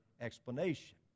explanation